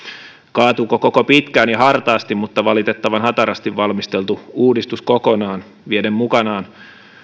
kaatuuko koko pitkään ja hartaasti mutta valitettavan hatarasti valmisteltu uudistus kokonaan vieden mukanaan